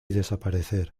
desaparecer